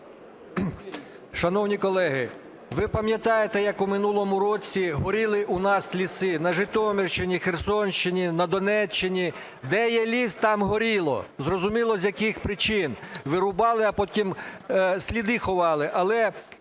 Шановні колеги, ви пам'ятаєте, як у минулому році горіли у нас ліси на Житомирщині, Херсонщині, на Донеччині. Де є ліс, там горіло. Зрозуміло, з яких причин. Вирубали, а потім сліди ховали.